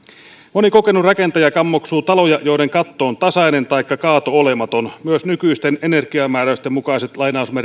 moni kokenut rakentaja kammoksuu taloja joiden katto on tasainen taikka kaato olematon myös nykyisten energiamääräysten mukaiset